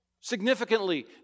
significantly